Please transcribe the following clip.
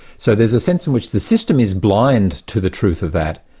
so there's a sense in which the system is blind to the truth of that,